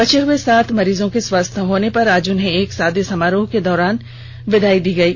बचे हुए सात मरीजों के स्वस्थ्य होने पर आज उन्हें एक सादे समारोह के दौरान विदायी दी गयी